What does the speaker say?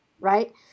right